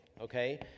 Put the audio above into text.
okay